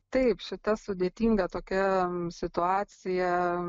taip šita sudėtinga tokia situacija